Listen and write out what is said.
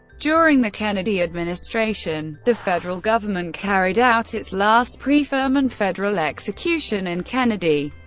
during the kennedy administration, the federal government carried out its last pre-furman federal execution and kennedy,